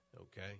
Okay